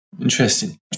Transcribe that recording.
Interesting